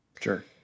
Sure